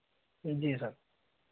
जी sir